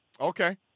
Okay